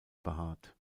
behaart